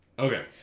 Okay